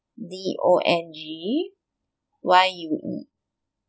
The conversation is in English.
D O N G Y U E